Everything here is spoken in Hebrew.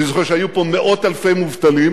אני זוכר שהיו פה מאות אלפי מובטלים